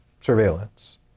surveillance